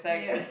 yeah